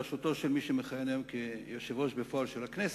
בראשותו של מי שמכהן היום כיושב-ראש בפועל של הכנסת,